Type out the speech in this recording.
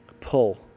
Pull